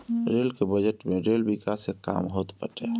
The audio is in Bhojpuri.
रेल के बजट में रेल विकास के काम होत बाटे